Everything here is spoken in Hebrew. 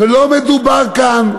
ולא מדובר כאן,